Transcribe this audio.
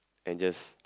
and just